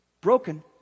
broken